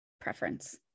preference